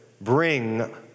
bring